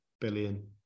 billion